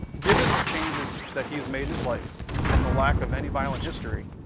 given the changes that he has made in his life and the lack of any violent history,